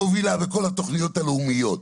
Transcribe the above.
המובילה בכל התוכניות הלאומיות.